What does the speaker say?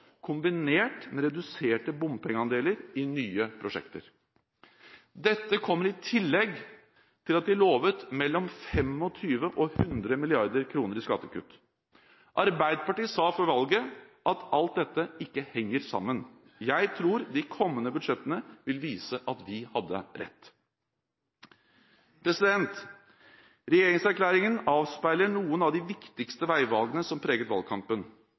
kombinert med reduserte bompengeandeler i nye prosjekter. Dette kommer i tillegg til at de lovet mellom 25 og 100 mrd. kr i skattekutt. Arbeiderpartiet sa før valget at alt dette ikke henger sammen. Jeg tror de kommende budsjettene vil vise at vi hadde rett. Regjeringserklæringen avspeiler noen av de viktigste veivalgene som preget valgkampen,